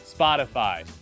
Spotify